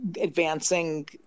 advancing